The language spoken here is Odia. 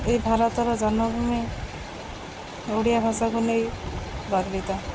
ଏଇ ଭାରତର ଜନ୍ମଭୂମି ଓଡ଼ିଆ ଭାଷାକୁ ନେଇ ଗର୍ବିତ